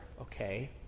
okay